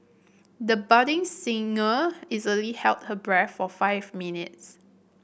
the budding singer easily held her breath for five minutes